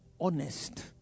honest